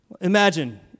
Imagine